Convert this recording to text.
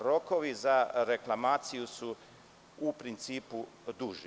Rokovi za reklamaciju su u principu duži.